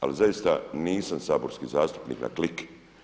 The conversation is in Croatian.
Ali zaista nisam saborski zastupnik na klik.